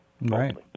Right